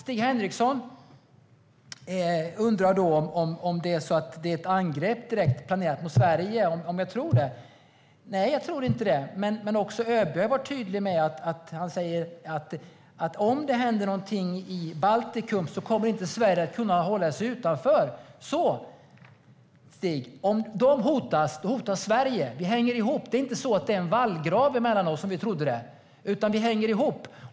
Stig Henriksson undrar om jag tror att man planerar ett angrepp direkt mot Sverige. Nej, jag tror inte det. Men också ÖB har varit tydlig med att om det händer någonting i Baltikum kommer inte Sverige att kunna hålla sig utanför. Om de hotas, Stig, hotas Sverige. Vi hänger ihop. Det är inte en vallgrav mellan oss, utan vi hänger ihop.